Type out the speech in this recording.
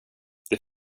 det